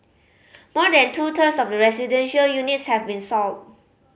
more than two thirds of the residential units have been sold